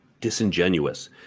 disingenuous